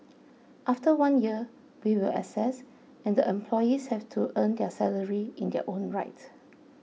after one year we will assess and the employees have to earn their salary in their own right